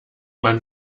man